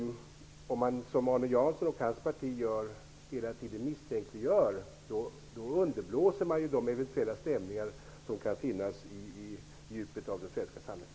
Om man, som Arne Jansson och hans parti, hela tiden misstänkliggör människor underblåser man de eventuella stämningar som kan finnas i djupet av det svenska samhället.